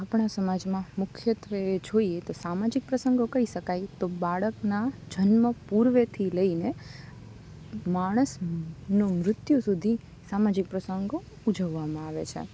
આપણા સમાજમાં મુખ્યત્ત્વે જોઈએ તો સામાજિક પ્રસંગો કહી શકાય તો બાળકનાં જન્મ પૂર્વેથી લઈને માણસનું મૃત્યુ સુધી સામાજિક પ્રસંગો ઉજવવામાં આવે છે